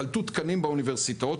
ייקלטו תקנים באוניברסיטאות,